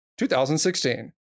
2016